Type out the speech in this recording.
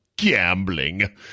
gambling